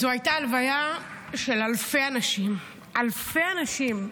זאת הייתה לוויה של אלפי אנשים, אלפי אנשים.